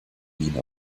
wien